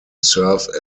serve